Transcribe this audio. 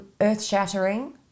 earth-shattering